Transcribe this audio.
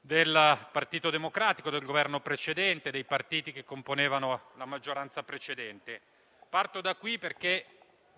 del Partito Democratico, del Governo precedente e dei partiti che componevano la maggioranza precedente. Parto da qui, perché